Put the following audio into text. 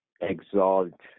exalt